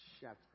shepherd